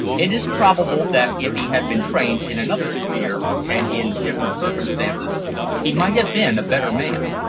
it is probable that if he had been trained in another sphere and in different circumstances he might have been a better man.